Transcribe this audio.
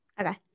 Okay